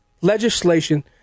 legislation